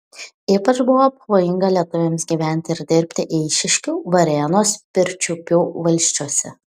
ypač buvo pavojinga lietuviams gyventi ir dirbti eišiškių varėnos pirčiupių valsčiuose